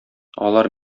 алар